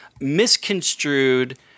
misconstrued